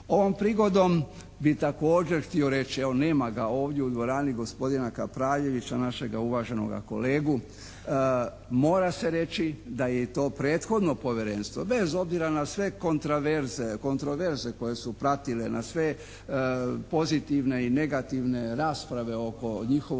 Ovom prigodom bi također htio reći, evo nema ga ovdje u dvorani gospodina Kapraljevića, našega uvaženoga kolegu, mora se reći da je i to prethodno povjerenstvo bez obzira na sve kontraverze koje su pratile, na sve pozitivne i negativne rasprave oko njihovoga